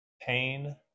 pain